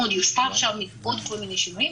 לא, הם הרי עשו שלוש בדיקות בתוך שבעת הימים האלו.